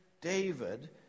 David